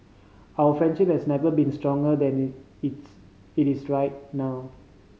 our friendship has never been stronger than it it's it is right now